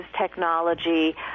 technology